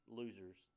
losers